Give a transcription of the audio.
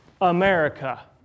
America